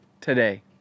today